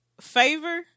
favor